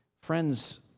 Friends